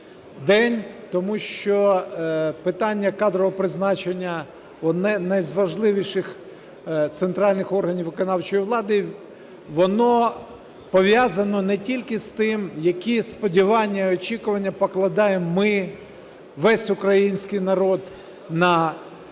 тому що питання кадрового призначення одного із важливіших центральних органів виконавчої влади, воно пов'язано не тільки з тим, які сподівання і очікування покладаємо ми, весь український народ, на